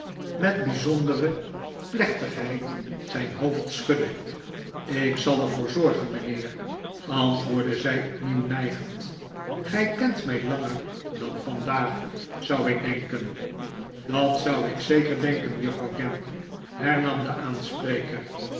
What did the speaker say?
met bijzondere plechtigheid zijn hoofd schudde ik zal er voor zorgen mijnheer antwoordde zij opnieuw nijgend gij kent mij langer dan vandaag zou ik denken dat zou ik zeker denken juffrouw gamp hernam de aanspreker